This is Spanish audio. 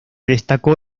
destacó